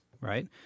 right